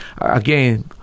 again